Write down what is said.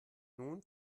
nun